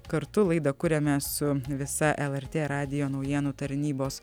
kartu laida kuriame su visa lrt radijo naujienų tarnybos